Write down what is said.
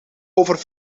over